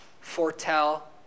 foretell